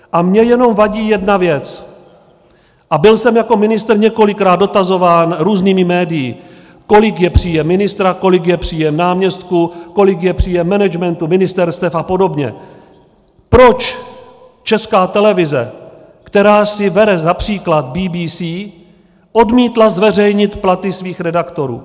A mně jenom vadí jedna věc, a byl jsem jako ministr několikrát dotazován různými médii, kolik je příjem ministra, kolik je příjem náměstků, kolik je příjem managementu ministerstev apod.: proč Česká televize, která si bere za příklad BBC, odmítla zveřejnit platy svých redaktorů?